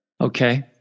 Okay